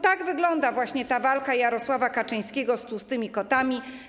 Tak wygląda właśnie ta walka Jarosława Kaczyńskiego z tłustymi kotami.